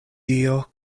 dio